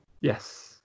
Yes